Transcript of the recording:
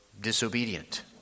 disobedient